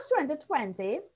2020